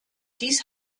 dies